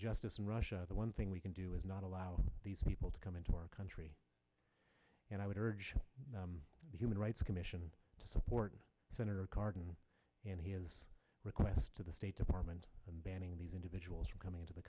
justice in russia the one thing we can do is not allow these people to come into our country and i would urge human rights commission to support senator cardin and his request to the state department banning these individuals from coming into the